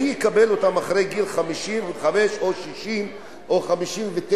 מי יקבל אותן אחרי גיל 55 או 60 או 59,